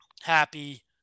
happy